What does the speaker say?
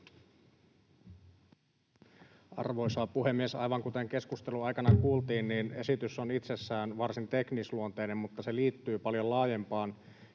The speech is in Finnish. Arvoisa puhemies! Aivan kuten keskustelun aikana kuultiin, niin esitys on itsessään varsin teknisluonteinen, mutta se liittyy paljon laajempaan